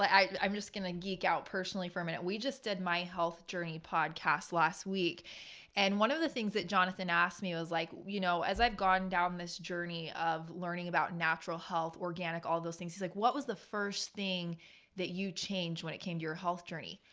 i mean i'm just going to geek out personally for a minute. we just did my health journey podcast last week and one of the things that jonathan asked me was like you know as i've gone down this journey of learning about natural, healthy, organic, all those things. he's like, what was the first thing that you changed when it came to your health journey?